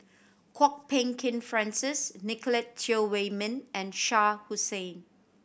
Kwok Peng Kin Francis Nicolette Teo Wei Min and Shah Hussain